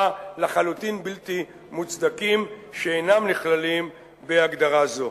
לחלוטין בלתי מוצדקים שאינם נכללים בהגדרה זו.